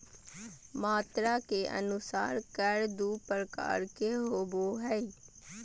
मात्रा के अनुसार कर दू प्रकार के होबो हइ